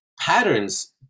patterns